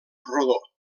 rodó